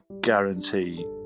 guarantee